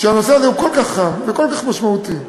כשהנושא הזה כל כך חם, וכל כך משמעותי,